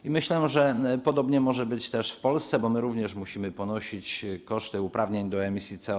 I myślę, że podobnie może być też w Polsce, bo my również musimy ponosić koszty uprawnień do emisji CO2.